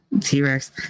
T-Rex